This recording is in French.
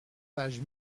page